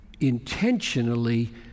intentionally